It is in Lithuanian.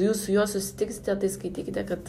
jūs su juo susitiksite tai skaitykite kad